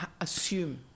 assume